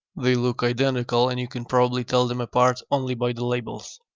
they look identical and you can probably tell them apart only by the labels.